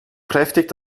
kräftig